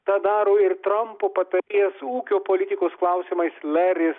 tą daro ir trampo patarėjas ūkio politikos klausimais laris